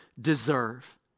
deserve